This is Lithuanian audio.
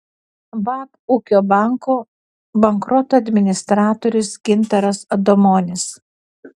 bab ūkio banko bankroto administratorius gintaras adomonis